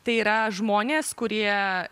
tai yra žmonės kurie